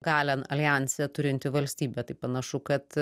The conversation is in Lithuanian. galią aljanse turinti valstybė tai panašu kad